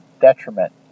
detriment